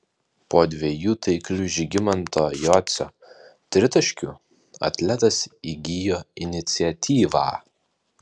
po dviejų taiklių žygimanto jocio tritaškių atletas įgijo iniciatyvą